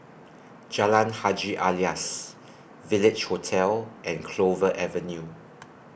Jalan Haji Alias Village Hotel and Clover Avenue